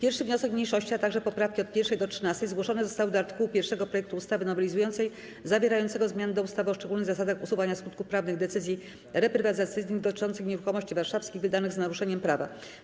1. wniosek mniejszości, a także poprawki od 1. do 13. zgłoszone zostały do art. 1 projektu ustawy nowelizującej zawierającego zmiany w ustawie o szczególnych zasadach usuwania skutków prawnych decyzji reprywatyzacyjnych dotyczących nieruchomości warszawskich, wydanych z naruszeniem prawa.